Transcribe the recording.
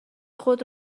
خود